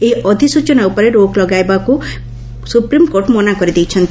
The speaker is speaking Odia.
ଏହି ଅଧିସ୍ଚନା ଉପରେ ରୋକ୍ ଲଗାଇବାକୁ ସୁପ୍ରିମକୋର୍ଟ ମନା କରିଦେଇଛନ୍ତି